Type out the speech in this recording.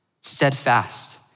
steadfast